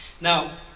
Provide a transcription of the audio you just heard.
Now